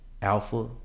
alpha